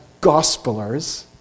gospelers